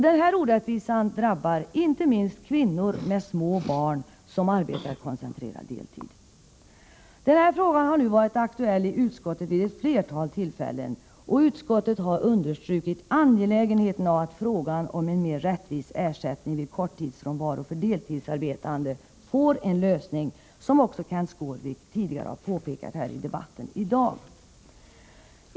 Den här orättvisan drabbar inte minst småbarnsmammor som arbetar koncentrerad deltid. Den här frågan har varit aktuell i utskottet vid ett flertal tillfällen, och utskottet har understrukit angelägenheten av att frågan om en mer rättvis ersättning vid korttidsfrånvaro för deltidsarbetande får en lösning, något som Kenth Skårvik tidigare i debatten i dag har påpekat.